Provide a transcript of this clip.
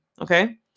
Okay